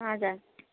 हजुर